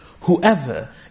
Whoever